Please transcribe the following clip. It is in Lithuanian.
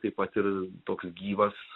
taip pat ir toks gyvas